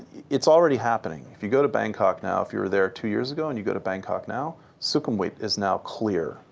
it's already happening. if you go to bangkok now, if you were there two years ago and you go to bangkok now, sukhumvit is now clear.